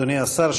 אדוני השר,